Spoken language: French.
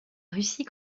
russie